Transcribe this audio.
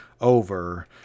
over